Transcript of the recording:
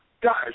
guys